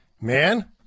Man